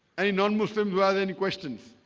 any non-muslim who has any questions